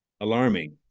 Alarming